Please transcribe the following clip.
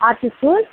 RC school